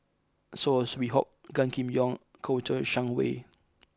saw Swee Hock Gan Kim Yong and Kouo Shang Wei